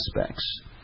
aspects